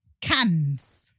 Cans